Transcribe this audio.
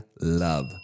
love